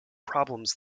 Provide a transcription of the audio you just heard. problems